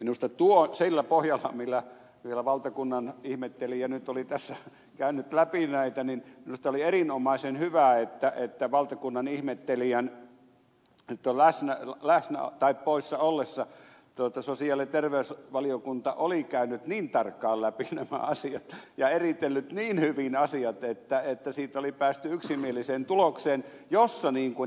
minusta sillä pohjalla millä valtakunnanihmettelijä nyt oli tässä asiaa käynyt läpi oli erinomaisen hyvä että valtakunnanihmettelijän poissa ollessa sosiaali ja terveysvaliokunta oli käynyt niin tarkkaan läpi nämä asiat ja eritellyt niin hyvin asiat että siitä oli päästy yksimieliseen tulokseen jossa niin kuin ed